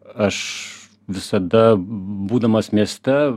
aš visada būdamas mieste